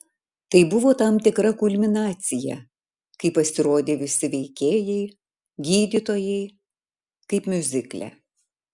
tai buvo tam tikra kulminacija kai pasirodė visi veikėjai gydytojai kaip miuzikle